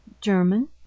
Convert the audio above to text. German